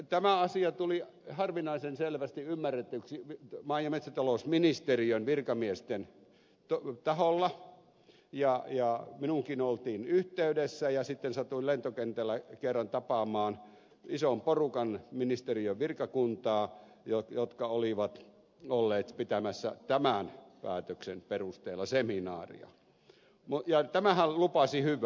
tämä asia tuli harvinaisen selvästi ymmärretyksi maa ja metsätalousministeriön virkamiesten taholla ja minuunkin oltiin yhteydessä ja sitten satuin lentokentällä kerran tapaamaan ison porukan ministeriön virkakuntaa joka oli ollut pitämässä tämän päätöksen perusteella seminaaria ja tämähän lupasi hyvää